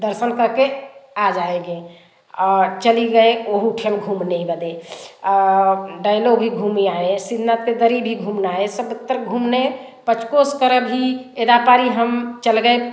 दर्शन करके आ जाएगे और चली गए वहाँ खिन घूमने बदे डाइलो भी घूम आए सीनापतरी भी घूम आए सब तर घूमने पंचकोश कर भी ही एदा पारी हम चल गए